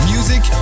Music